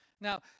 Now